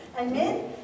Amen